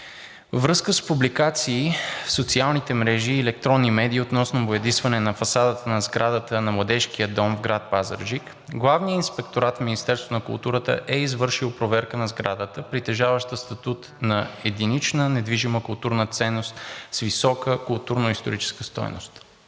връзка с публикации в социалните мрежи и електронните медии относно боядисване на фасадата на сградата на Младежкия дом в град Пазарджик Главният инспекторат на Министерството на културата е извършил проверка на сградата, притежаваща статут на единична недвижима културна ценност с висока културно-историческа стойност.